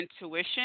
intuition